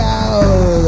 out